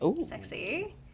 sexy